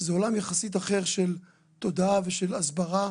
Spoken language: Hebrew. זה עולם יחסית אחר של תודעה ושל הסברה,